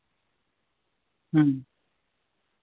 ᱦᱮᱸ